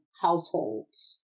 households